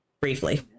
briefly